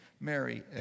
Mary